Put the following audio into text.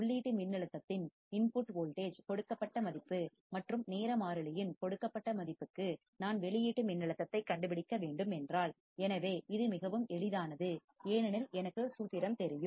உள்ளீட்டு மின்னழுத்தத்தின் input voltage கொடுக்கப்பட்ட மதிப்பு மற்றும் நேர மாறிலியின் கொடுக்கப்பட்ட மதிப்புக்கு நான் வெளியீட்டு மின்னழுத்தத்தைக் அவுட்புட் வோல்டேஜ் கண்டுபிடிக்க வேண்டும் என்றால் எனவே இது மிகவும் எளிதானது ஏனெனில் எனக்கு சூத்திரம் தெரியும்